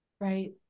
Right